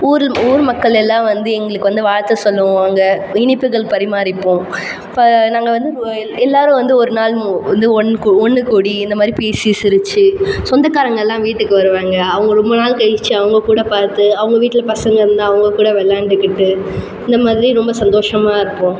ஊர் ஊர் மக்கள் எல்லாம் வந்து எங்களுக்கு வந்து வாழ்த்து சொல்லுவாங்க இனிப்புகள் பரிமாறிப்போம் இப்போ நாங்கள் வந்து எல்லாரும் வந்து ஒரு நாள் வந்து ஒன் ஒன்றுக்கூடி இந்த மாதிரி பேசி சிரித்து சொந்தக்காரங்க எல்லாம் வீட்டுக்கு வருவாங்க அவங்க ரொம்ப நாள் கழித்து அவங்க கூட பார்த்து அவங்க வீட்டில் பசங்க இருந்தால் அவங்க கூட விளையாண்டுக்கிட்டு இந்த மாதிரி ரொம்ப சந்தோஷமாக இருப்போம்